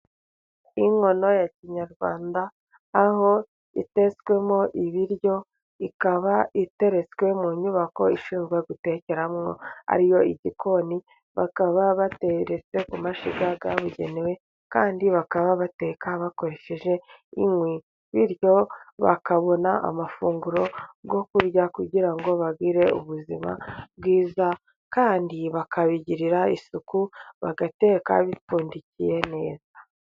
Inkono ya kinyarwanda aho itetswemo ibiryo, ikaba iteretswe mu nyubako ishinzwe gutekeramo ariyo igikoni, bakaba bateretse ku mashyiga yabigenewe kandi bakaba bateka bakoresheje inkwi, bityo bakabona amafunguro yo kurya kugira ngo bagire ubuzima bwiza, kandi bakabigirira isuku bagateka bipfundikiye neza.